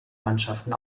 mannschaften